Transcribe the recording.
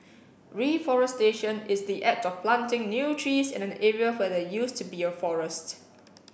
reforestation is the act of planting new trees in an area where there used to be a forest